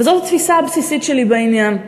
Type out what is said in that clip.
וזאת התפיסה הבסיסית שלי בעניין.